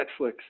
Netflix